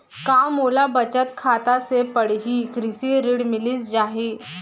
का मोला बचत खाता से पड़ही कृषि ऋण मिलिस जाही?